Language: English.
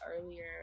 earlier